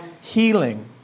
healing